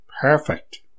perfect